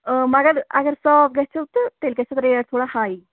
مگر اگر صاف گَژِھو تہٕ تیٚلہِ گَژھس ریٹ تھوڑا ہاے